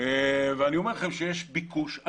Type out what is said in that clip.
ואני אומר לכם שיש ביקוש.